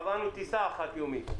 קבענו טיסה חד יומית.